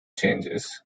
changes